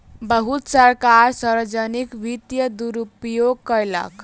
बहुत सरकार सार्वजनिक वित्तक दुरूपयोग कयलक